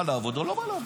בא לעבוד או לא בא לעבוד.